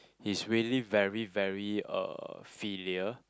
he's really very very uh filial